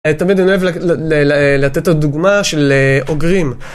תמיד אני אוהב לתת עוד דוגמה של אוגרים.